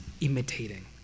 imitating